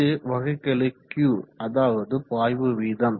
இது வகைக்கெழு Q அதாவது பாய்வு வீதம்